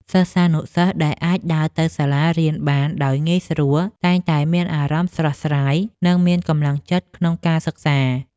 សិស្សានុសិស្សដែលអាចដើរទៅសាលារៀនបានដោយងាយស្រួលតែងតែមានអារម្មណ៍ស្រស់ស្រាយនិងមានកម្លាំងចិត្តក្នុងការសិក្សា។